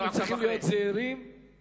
לפעמים היא צודקת, לפעמים לא.